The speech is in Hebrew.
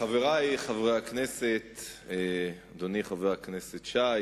חברי חברי הכנסת, אדוני חבר הכנסת שי,